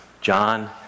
John